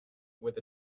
with